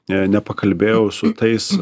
ne nepakalbėjau su tais